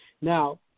Now